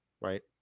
Right